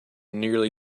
nearly